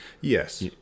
yes